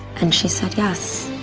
and she said yes.